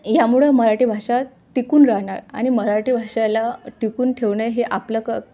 यामुळं मराठी भाषा टिकून राहणार आणि मराठी भाषेला टिकवून ठेवणे हे आपलं क